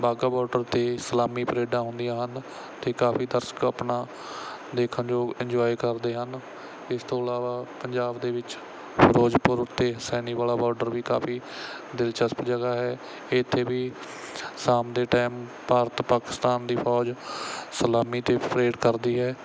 Wagah border 'ਤੇ ਸਲਾਮੀ ਪਰੇਡਾਂ ਹੁੰਦੀਆਂ ਹਨ ਅਤੇ ਕਾਫੀ ਦਰਸ਼ਕ ਆਪਣਾ ਦੇਖਣ ਯੋਗ ਇੰਜੋਏ ਕਰਦੇ ਹਨ ਇਸ ਤੋਂ ਇਲਾਵਾ ਪੰਜਾਬ ਦੇ ਵਿੱਚ ਫਿਰੋਜ਼ਪੁਰ ਉੱਤੇ ਹੁਸੈਨੀਵਾਲਾ ਬਾਰਡਰ ਵੀ ਕਾਫੀ ਦਿਲਚਸਪ ਜਗ੍ਹਾ ਹੈ ਇੱਥੇ ਵੀ ਸ਼ਾਮ ਦੇ ਟਾਈਮ ਭਾਰਤ ਪਾਕਿਸਤਾਨ ਦੀ ਫੌਜ ਸਲਾਮੀ ਅਤੇ ਪਰੇਡ ਕਰਦੀ ਹੈ